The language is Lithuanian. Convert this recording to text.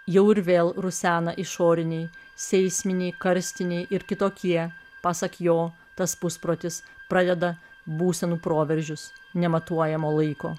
jau ir vėl rusena išoriniai seisminiai karstiniai ir kitokie pasak jo tas pusprotis pradeda būsenų proveržius nematuojamo laiko